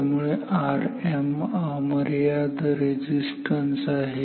त्यामुळे Rm अमर्याद resistance आहे